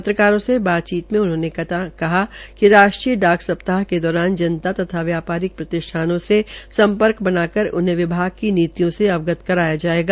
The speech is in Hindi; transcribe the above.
पत्रकारों से बातचीत में उन्होंने बताया कि राष्ट्रीय डाक स्प्ताह के दौरान जनता तथा व्यापारिक प्रष्ठिानों से सम्पर्क बना कर उन्हें विभगा की नीतियो से अवगत कराया जायेगा